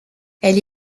elle